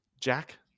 Jack